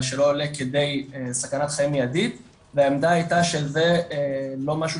אבל שלא עולה כדי סכנת חיים מיידית - והעמדה הייתה של זה לא משהו